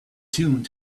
tune